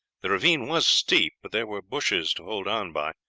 the ravine was steep, but there were bushes to hold on by,